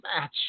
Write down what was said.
match